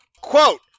quote